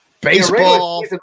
Baseball